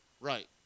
Right